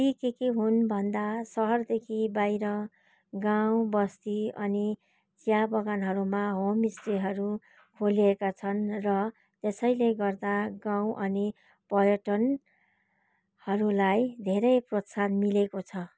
ती के के हुन् भन्दा सहरदेखि बाहिर गाउँ बस्ती अनि चियाबगानहरूमा होमस्टेहरू खोलिएका छन् र यसैले गर्दा गाउँ अनि पर्यटनहरूलाई धेरै प्रोत्साहन मिलेको छ